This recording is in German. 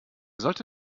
sollte